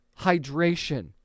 hydration